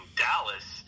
dallas